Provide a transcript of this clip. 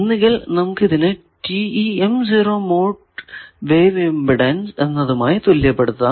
ഒന്നുകിൽ നമുക്ക് ഇതിനെ മോഡ് വേവ് ഇമ്പിഡൻസ് എന്നതുമായി തുല്യപ്പെടുത്താം